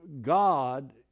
God